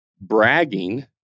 bragging